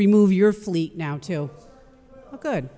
remove your fleet now to a good